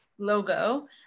logo